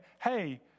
hey